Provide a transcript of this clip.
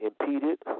impeded